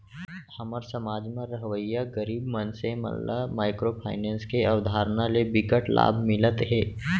हमर समाज म रहवइया गरीब मनसे मन ल माइक्रो फाइनेंस के अवधारना ले बिकट लाभ मिलत हे